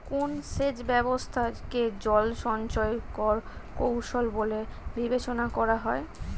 কোন সেচ ব্যবস্থা কে জল সঞ্চয় এর কৌশল বলে বিবেচনা করা হয়?